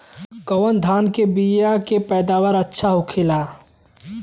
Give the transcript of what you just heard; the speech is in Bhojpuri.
कवन धान के बीया के पैदावार अच्छा होखेला?